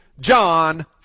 John